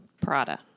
Prada